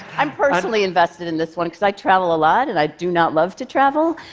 i'm personally invested in this one, because i travel a lot and i do not love to travel,